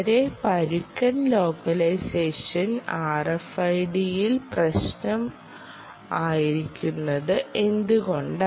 വളരെ പരുക്കൻ ലൊക്കേഷനുകൾ RFID ൽ പ്രശ്നമായിരിക്കുന്നത് എന്തുകൊണ്ട്